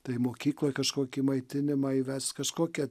tai mokykloj kažkokį maitinimą įvest kažkokią